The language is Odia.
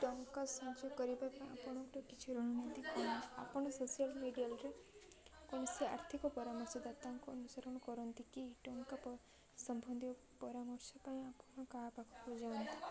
ଟଙ୍କା ସହଯୋଗ କରିବା ପାଇଁ ଆପଣଙ୍କର କିଛି ରଣନୀତି କ'ଣ ଆପଣ ସୋସିଆଲ୍ ମିଡ଼ିଆଲ୍ରେ କୌଣସି ଆର୍ଥିକ ପରାମର୍ଶ ଦାତାଙ୍କୁ ଅନୁସରଣ କରନ୍ତି କି ଟଙ୍କା ସମ୍ବନ୍ଧୀୟ ପରାମର୍ଶ ପାଇଁ ଆପଣ କାହା ପାଖକୁ ଯାଆନ୍ତି